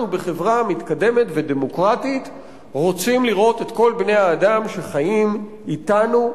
אנחנו בחברה מתקדמת ודמוקרטית רוצים לראות את כל בני-האדם שחיים אתנו,